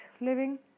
living